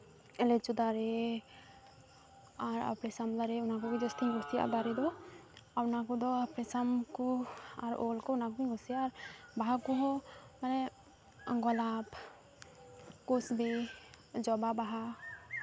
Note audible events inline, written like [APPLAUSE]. ᱞᱤᱪᱩ ᱫᱟᱨᱮ ᱟᱨ [UNINTELLIGIBLE] ᱚᱱᱟ ᱠᱚᱜᱮ ᱡᱟᱹᱥᱛᱤᱧ ᱠᱩᱥᱤᱭᱟᱜᱼᱟ ᱫᱟᱨᱮ ᱫᱚ ᱟᱨ ᱚᱱᱟ ᱠᱚᱫᱚ ᱟᱯᱮᱥᱟᱢ ᱠᱚ ᱟᱨ ᱩᱞ ᱠᱚ ᱚᱱᱟ ᱠᱚᱜᱤᱧ ᱠᱩᱥᱤᱭᱟᱜᱼᱟ ᱟᱨ ᱵᱟᱦᱟ ᱠᱚᱦᱚᱸ ᱢᱟᱱᱮ ᱜᱳᱞᱟᱯ ᱠᱩᱥᱵᱤ ᱡᱚᱵᱟ ᱵᱟᱦᱟ